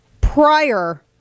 prior